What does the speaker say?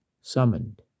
summoned